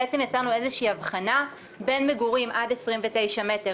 בעצם יצרנו איזו אבחנה בין מגורים עד 29 מטר